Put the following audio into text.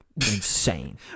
insane